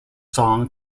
song